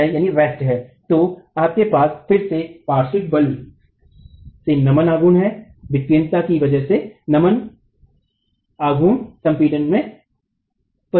तो आपके पास फिर से पार्श्विक बल से नमन आघूर्ण है विकेन्द्रता की वजह से नमन आघूर्ण संपीड़न में परिणामी है